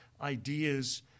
ideas